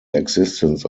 existence